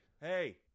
hey